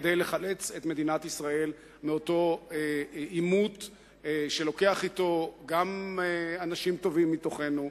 כדי לחלץ את מדינת ישראל מאותו עימות שלוקח אתו גם אנשים טובים מתוכנו,